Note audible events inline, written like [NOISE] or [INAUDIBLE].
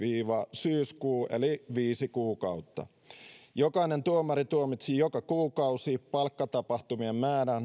syyskuu eli viisi kuukautta jokainen tuomari tuomitsi joka kuukausi palkkatapahtumien määrä [UNINTELLIGIBLE]